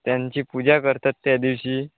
त्यांची पूजा करतात त्या दिवशी